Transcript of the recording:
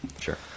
Sure